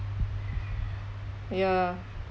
ya